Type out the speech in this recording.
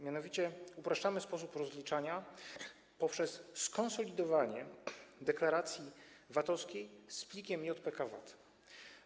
Mianowicie upraszczamy sposób rozliczania poprzez skonsolidowanie deklaracji VAT-owskiej z plikiem JPK_VAT.